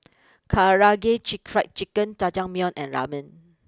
Karaage Fried Chicken Jajangmyeon and Ramen